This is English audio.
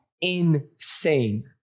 insane